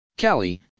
Callie